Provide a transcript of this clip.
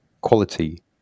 quality